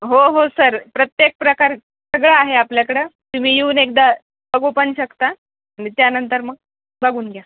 हो हो सर प्रत्येक प्रकार सगळं आहे आपल्याकडं तुम्ही येऊन एकदा बघू पण शकता आ त्यानंतर मग बघून घ्या